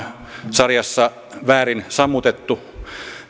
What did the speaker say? sarjassa väärin sammutettu